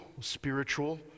spiritual